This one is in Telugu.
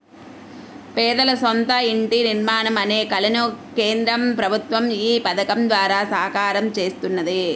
పేదల సొంత ఇంటి నిర్మాణం అనే కలను కేంద్ర ప్రభుత్వం ఈ పథకం ద్వారా సాకారం చేస్తున్నది